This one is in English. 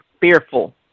fearful